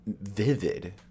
vivid